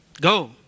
Go